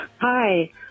Hi